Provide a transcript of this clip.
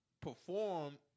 perform